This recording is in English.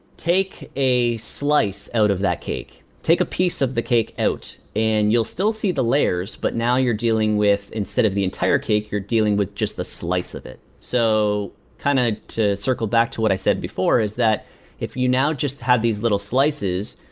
take a slice out of that cake. take a piece of the cake out and you'll still see the layers, but now you're dealing with, instead of the entire care, you're dealing with just a slice of it. so kind of to circle back to what i said before, is that if you now just have these little slices,